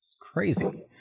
Crazy